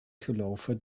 geloven